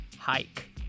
hike